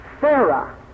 Sarah